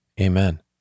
Amen